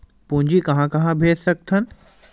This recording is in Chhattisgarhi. पूंजी कहां कहा भेज सकथन?